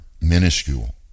minuscule